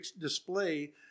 display